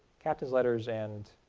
captains letters and